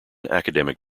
academic